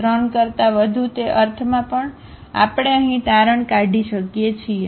3 કરતાં વધુ તે અર્થમાં પણ આપણે અહીં તારણ કાઢી શકીએ છીએ